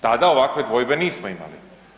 Tada ovakve dvojbe nismo imali.